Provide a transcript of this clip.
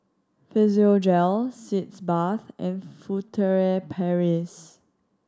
Physiogel Sitz Bath and Furtere Paris